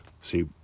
See